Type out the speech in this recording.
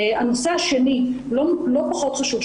הנושא השני לא פחות חשוב.